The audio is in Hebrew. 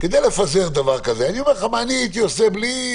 כדי לפזר דבר כזה אני אומר לך מה אני הייתי עושה בלי